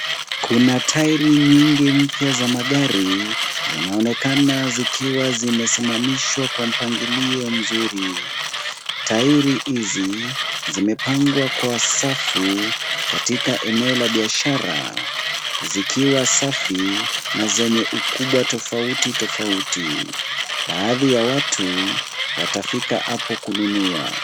Kuna tairi nyingi mpya za magari, zinaonekana zikiwa zimesimamishwa kwa mpangilio mzuri. Tairi hizi zimepangwa kwa safu katika eneo la biashara, zikiwa safi na zenye ukubwa tofauti tofauti. Baadhi ya watu watafiika hapo kununua.